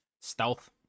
stealth